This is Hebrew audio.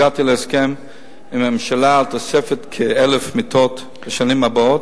הגעתי להסכם עם הממשלה על תוספת של כ-1,000 מיטות בשנים הבאות,